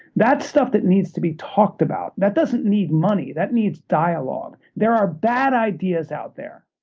that's stuff that needs to be talked about. that doesn't need money. that needs dialogue. there are bad ideas out there.